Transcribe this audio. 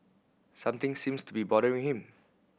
something seems to be bothering him